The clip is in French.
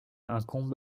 incombe